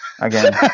Again